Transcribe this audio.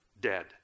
dead